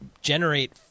generate